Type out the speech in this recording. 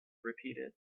repeated